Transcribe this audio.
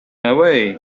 away